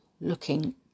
looking